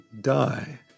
die